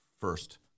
first